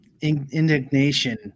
indignation